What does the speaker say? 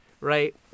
right